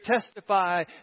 testify